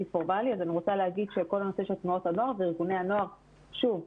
פורמלי אז אני רוצה לומר שכל הנושא של תנועות הנוער וארגוני הנוער שוב,